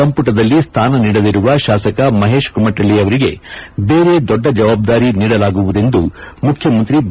ಸಂಪಟದಲ್ಲಿ ಸ್ಥಾನ ನೀಡದಿರುವ ಶಾಸಕ ಮಹೇಶ್ ಕುಮಕಳ್ಳ ಅವರಿಗೆ ಬೇರೆ ದೊಡ್ಡ ಜವಾಬ್ದಾರಿ ನೀಡಲಾಗುವುದೆಂದು ಮುಖ್ಯಮಂತ್ರಿ ಬಿ